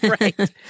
Right